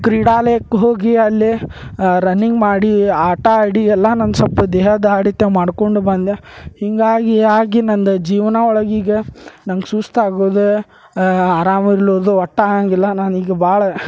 ಕ್ರೀಡಾಲಯಕ್ಕೆ ಹೋಗಿ ಅಲ್ಲಿ ರನ್ನಿಂಗ್ ಮಾಡಿ ಆಟ ಆಡಿ ಎಲ್ಲ ನಾನು ಸೊಲ್ಪ ದೇಹದಾಡಿತ ಮಾಡ್ಕೊಂಡು ಬಂದೆ ಹೀಗಾಗಿ ಆಗಿ ನಂದು ಜೀವನ ಒಳಗೆ ಈಗ ನಂಗೆ ಸುಸ್ತಾಗೋದು ಅರಾಮ್ ಇರ್ಲೂದು ಒಟ್ಟಾಂಗಿಲ್ಲ ನಾನೀಗ ಭಾಳ